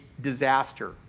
disaster